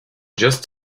just